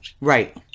right